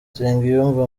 nsengiyumva